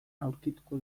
aurkituko